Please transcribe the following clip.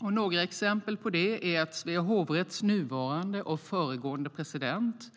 Några exempel på det är att Svea hovrätts nuvarande och föregående president